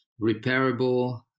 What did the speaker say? repairable